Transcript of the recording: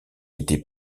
était